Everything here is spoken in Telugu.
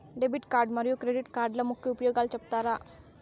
డెబిట్ కార్డు మరియు క్రెడిట్ కార్డుల ముఖ్య ఉపయోగాలు సెప్తారా?